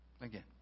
again